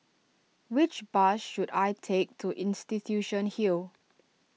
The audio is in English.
which bus should I take to Institution Hill